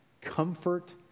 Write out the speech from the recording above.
comfort